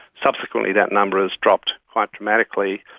subsequently that number has dropped quite dramatically,